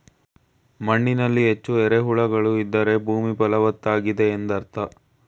ಮಣ್ಣಿನಲ್ಲಿ ಹೆಚ್ಚು ಎರೆಹುಳುಗಳು ಇದ್ದರೆ ಭೂಮಿ ಫಲವತ್ತಾಗಿದೆ ಎಂದರ್ಥ